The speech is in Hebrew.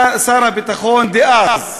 שהיה שר הביטחון דאז.